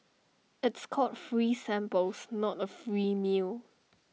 it's called free samples not A free meal